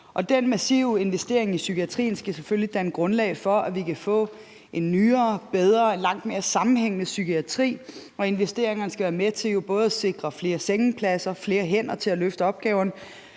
Den massive investering i psykiatrien skal selvfølgelig danne grundlag for, at vi kan få en nyere, bedre og langt mere sammenhængende psykiatri, og investeringerne skal være med til både at sikre flere sengepladser og flere hænder til at løfte opgaverne